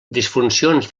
disfuncions